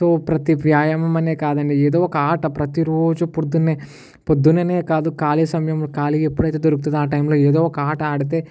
so ప్రతి వ్యాయామం అనే కాదు అండి ఏదో ఒక ఆట ప్రతి రోజు పొద్దున్నే పొద్దున్ననే కాదు ఖాళీ సమయం ఖాళీగా ఎప్పుడైతే దొరుకుతుందో ఆ టైంలో ఎదో ఒక ఆట ఆడితే